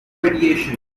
radiation